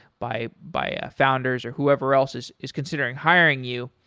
by by ah founders or whoever else is is considering hiring you.